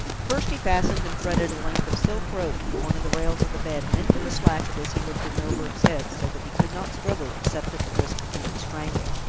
first he fastened and threaded a length of silk rope through one of the rails of the bed and into the slack of this he lifted milburgh's head, so that he could not struggle except at the risk of being strangled.